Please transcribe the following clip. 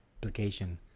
application